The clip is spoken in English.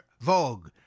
vogue